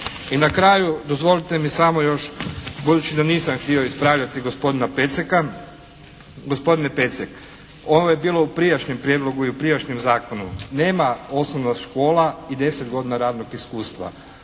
I na kraju dozvolite mi samo još, budući da nisam htio ispravljati gospodina Peceka. Gospodine Pecek ovo je bilo u prijašnjem prijedlogu i u prijašnjem zakonu, nema osnovna škola i 10 godina radnog iskustva.